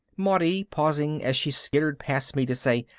maudie pausing as she skittered past me to say,